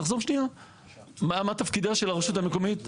מה תפקידה של הרשות המקומית.